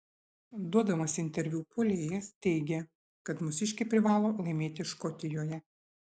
duodamas interviu puolėjas teigė kad mūsiškiai privalo laimėti škotijoje